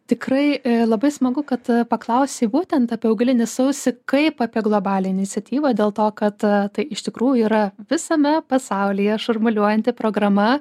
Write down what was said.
tikrai labai smagu kad paklausei būtent apie augalinį sausį kaip apie globalią iniciatyvą dėl to kad tai iš tikrųjų yra visame pasaulyje šurmuliuojanti programa